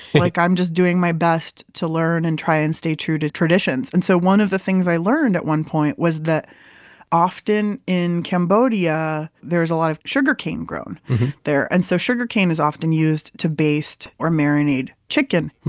like i'm just doing my best to learn and try and stay true to traditions. and so one of the things i learned at one point was that often, in cambodia there's a lot of sugarcane grown there. and so sugarcane is often used to baste or marinate chicken